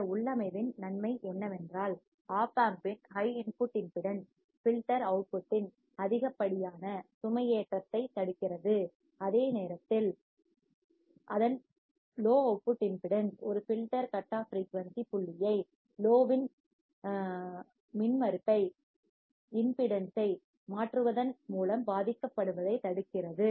இந்த உள்ளமைவின் நன்மை என்னவென்றால் ஒப் ஆம்பின் உயர்ஹை இன்புட் இம்பிடிடென்ஸ் ஃபில்டர் அவுட்புட் இன் அதிகப்படியான சுமையேற்றத்தைத் தடுக்கிறது அதே நேரத்தில் அதன் லோ அவுட்புட் இம்பிடிடென்ஸ் ஒரு ஃபில்டர் கட் ஆஃப் ஃபிரீயூன்சி புள்ளியை லோட் இன் மின்மறுப்பை இம்பிடிடென்ஸ் ஐ மாற்றுவதன் மூலம் பாதிக்கப்படுவதைத் தடுக்கிறது